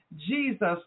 Jesus